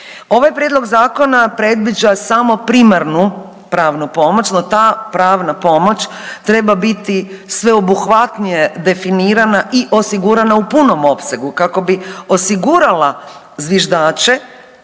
Ovaj prijedlog zakona predviđa samo primarnu pravnu pomoć, no ta pravna pomoć treba biti sveobuhvatnije definirana i osigurana u punom opsegu kako bi osigurala zviždače,